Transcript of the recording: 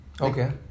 Okay